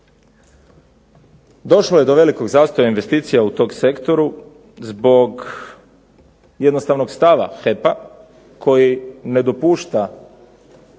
Došlo je do velikog zastoja investicija u tom sektoru zbog jednostavnog stava HEP-a koji ne dopušta